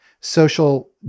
social